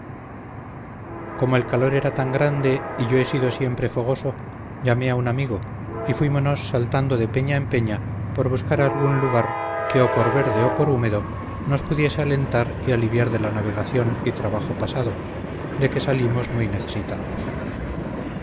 como el calor era tan grande y yo he sido siempre fogoso llamé a un amigo y fuimonos saltando de peña en peña por buscar algún lugar que o por verde o por húmedo nos pudiese alentar y aliviar de la navegación y trabajo pasado de que salimos muy necesitados